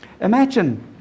Imagine